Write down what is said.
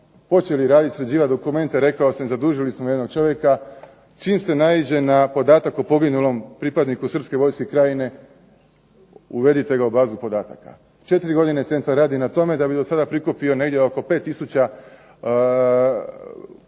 počeli raditi, sređivati dokumente, rekao sam zadužili smo jednog čovjeka. Čim se naiđe na podatak o poginulom pripadniku srpske vojske krajine uvedite ga u bazu podataka. Četiri godine centar radi na tome, da bi do sada prikupio negdje oko 5 tisuća poginulih